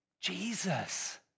Jesus